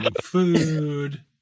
food